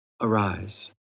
arise